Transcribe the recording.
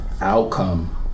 outcome